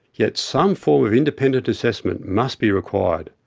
yet some form of independent assessment must be required.